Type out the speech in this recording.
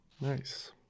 Nice